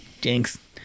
jinx